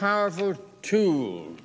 powerful tool